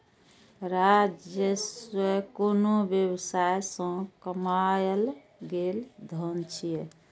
राजस्व कोनो व्यवसाय सं कमायल गेल धन छियै